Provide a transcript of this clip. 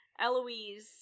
Eloise